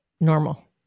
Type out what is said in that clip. normal